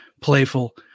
playful